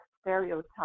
stereotype